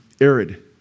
arid